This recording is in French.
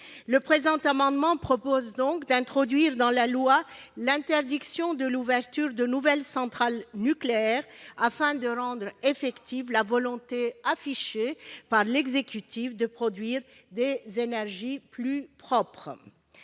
Le présent amendement vise donc à introduire dans la loi l'interdiction de l'ouverture de nouvelles centrales nucléaires, afin de rendre effective la volonté affichée par l'exécutif de produire des énergies plus propres.